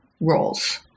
roles